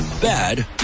bad